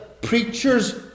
preacher's